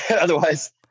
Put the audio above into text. otherwise